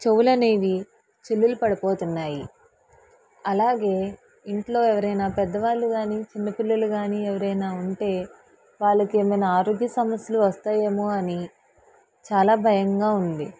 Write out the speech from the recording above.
చెవులనేవి చిల్లులు పడిపోతున్నాయి అలాగే ఇంట్లో ఎవరైనా పెద్దవాళ్ళు కాని చిన్నపిల్లలు కాని ఎవరైనా ఉంటే వాళ్ళకేమైనా ఆరోగ్య సమస్యలు వస్తాయేమో అని చాలా భయంగా ఉంది